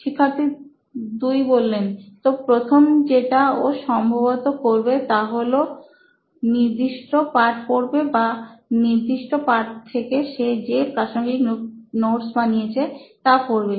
শিক্ষার্থী 2 তো প্রথম যেটা ও সম্ভবত করবে তা হলো হয় নির্দিষ্ট পাঠ পড়বে বা নির্দিষ্ট পাঠ থেকে সে যে প্রাসঙ্গিক নোটস বানিয়েছে তা পড়বে